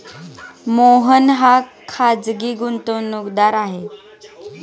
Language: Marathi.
मोहन हा खाजगी गुंतवणूकदार आहे